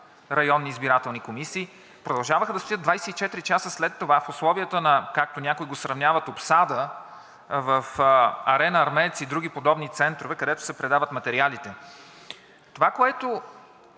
районни избирателни комисии продължаваха да стоят 24 часа след това в условията на, както някои го сравняват, обсада, в „Арена Армеец“ и други подобни центрове, където се предават материалите. Това, което